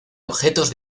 objetos